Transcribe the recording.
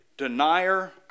denier